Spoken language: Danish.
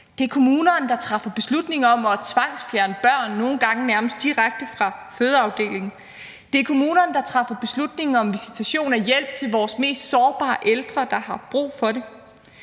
Det er kommunerne, der træffer beslutning om at tvangsfjerne børn, nogle gange nærmest direkte fra fødeafdelingen. Det er kommunerne, der træffer beslutning om visitation af hjælp til vores mest sårbare ældre, der har brug for det.